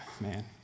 man